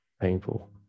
painful